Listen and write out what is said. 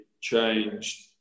changed